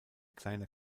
kleiner